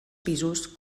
pisos